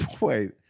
Wait